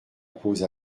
pose